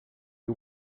you